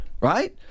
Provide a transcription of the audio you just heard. right